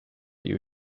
you